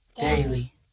daily